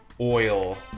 oil